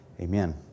Amen